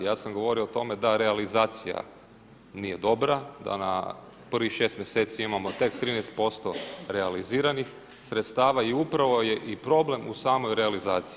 Ja sam govorio o tome da realizacija nije dobra, da na prvih 6 mjeseci imamo tek 13% realiziranih sredstava i upravo je i problem u samoj realizaciji.